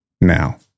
now